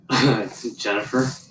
Jennifer